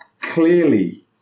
clearly